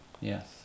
yes